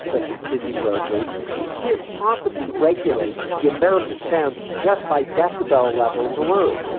such as busy roadways, we can't possibly regulate the amount of sound just by decibel levels alone.